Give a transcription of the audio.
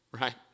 right